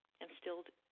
instilled